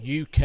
UK